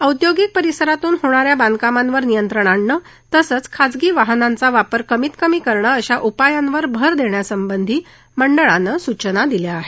औंद्योगिक परिसरातून होणाऱ्या बांधकामांवर नियंत्रण आणणे तसंच खासगी वाहनांचा वापर कमीत कमी करणे अशा उपायांवर भर देण्यासंबधीही मंडळानं सूचना दिल्या आहेत